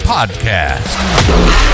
Podcast